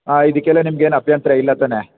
ಇದಕ್ಕೆಲ್ಲ ನಿಮ್ಗೆ ಏನು ಅಭ್ಯಂತರ ಇಲ್ಲ ತಾನೆ